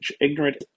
ignorant